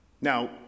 Now